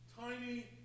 tiny